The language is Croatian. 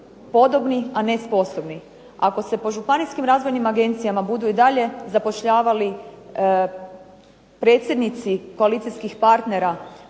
podobni, a ne sposobni. Ako se po županijskim razvojnim agencijama budu i dalje zapošljavali predsjednici koalicijskih partnera